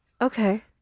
Okay